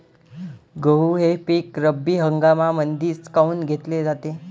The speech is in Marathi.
गहू हे पिक रब्बी हंगामामंदीच काऊन घेतले जाते?